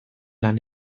lan